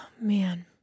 Man